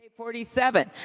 forty seven,